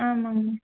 ஆமாம்ங்கண்ணா